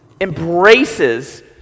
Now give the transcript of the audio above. embraces